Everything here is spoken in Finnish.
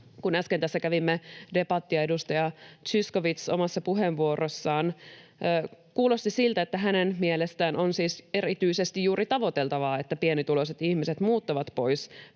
tässä kävimme debattia, edustaja Zyskowicz omassa puheenvuorossaan kuulosti siltä, että hänen mielestään on siis erityisesti juuri tavoiteltavaa, että pienituloiset ihmiset muuttavat pois